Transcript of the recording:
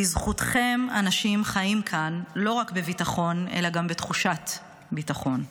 בזכותכם אנשים חיים כאן לא רק בביטחון אלא גם בתחושת ביטחון.